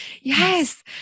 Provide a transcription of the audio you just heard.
Yes